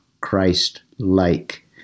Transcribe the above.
Christ-like